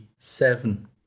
Seven